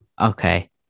Okay